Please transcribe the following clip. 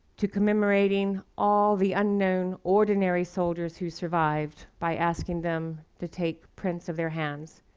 to commemorating all the unknown, ordinary soldiers who survived, by asking them to take prints of their hands,